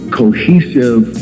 cohesive